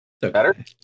Better